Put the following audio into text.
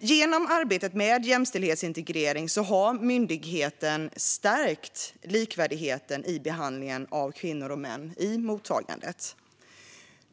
Genom arbetet med jämställdhetsintegrering har myndigheten stärkt likvärdigheten i behandlingen av kvinnor och män i mottagandet.